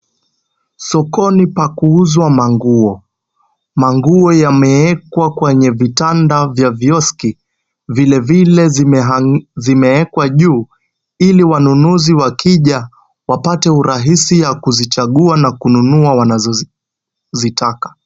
Sokoni pa kuuzwa manguo. Manguo yameekwa kwenye vitanda vya vioski . Vilevile zimeekwa juu ili wanunuzi wakija wapate urahisi ya kuzichagua na kununua wanazozitaka.